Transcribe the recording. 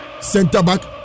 centre-back